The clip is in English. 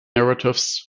narratives